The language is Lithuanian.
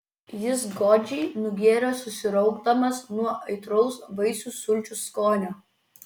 jis godžiai nugėrė susiraukdamas nuo aitraus vaisių sulčių skonio